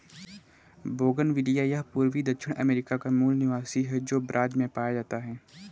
bougainvillea यह पूर्वी दक्षिण अमेरिका का मूल निवासी है, जो ब्राज़ से पाया जाता है